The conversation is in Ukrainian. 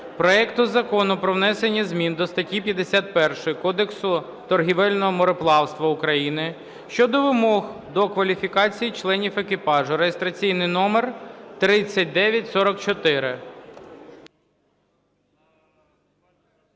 проекту Закону про внесення змін до статті 51 Кодексу торговельного мореплавства України щодо вимог до кваліфікації членів екіпажу (реєстраційний номер 3944).